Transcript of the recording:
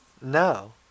No